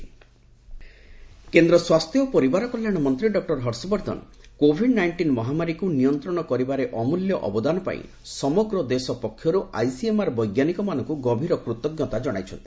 corona ନିୟନ୍ତ୍ରଣ କେନ୍ଦ୍ର ସ୍ୱାସ୍ଥ୍ୟ ଓ ପରିବାର କଲ୍ୟାଣ ମନ୍ତ୍ରୀ ଡଃ ହର୍ଷବର୍ଦ୍ଧନ କୋଭିଡ ନାଇଷ୍ଟିନ୍ ମହାମାରୀକୁ ନିୟନ୍ତ୍ରଣ କରିବାରେ ଅମୂଲ୍ୟ ଅବଦାନ ପାଇଁ ସମଗ୍ର ଦେଶ ତରଫରୁ ଆଇସିଏମଆର ବୈଜ୍ଞାନିକମାନଙ୍କୁ ଗଭୀର କୂତଜ୍ଞତା ଜଣାଇଛନ୍ତି